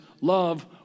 love